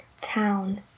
town